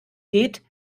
geht